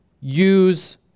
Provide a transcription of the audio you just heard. use